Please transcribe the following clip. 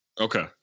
Okay